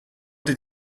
did